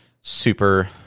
super